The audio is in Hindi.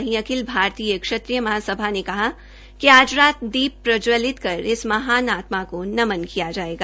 वहीं अखिल भारतीय श्रेत्रिय महासभा ने कहा कि आज रात दीप प्रज्जवलित कर इस महान आत्मा को नमन किया जायेगा